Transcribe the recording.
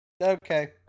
Okay